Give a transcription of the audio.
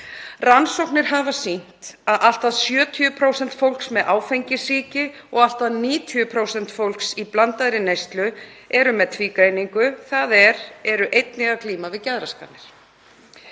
Rannsóknir hafa sýnt að allt að 70% fólks með áfengissýki og allt að 90% fólks í blandaðri neyslu eru með tvígreiningu, þ.e. eru einnig að glíma við geðraskanir.